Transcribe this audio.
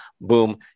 Boom